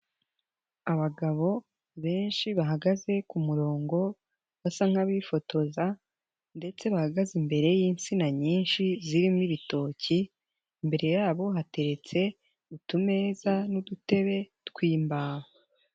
Abagabo benshi bahagaze ku murongo basa nk'abifotoza, ndetse bahagaze imbere y'insina nyinshi zirimo ibitoki imbere yabo hateretse utumeza n'udutebe tw'imbaho.